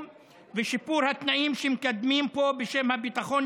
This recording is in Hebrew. ושיפור התנאים שמקדמים פה בשם הביטחון,